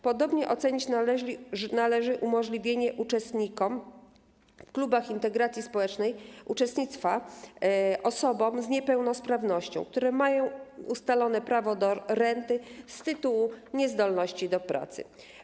Podobnie ocenić należy umożliwienie uczestnictwa w klubach integracji społecznej osobom z niepełnosprawnością, które mają ustalone prawo do renty z tytułu niezdolności do pracy.